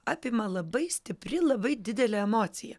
apima labai stipri labai didelė emocija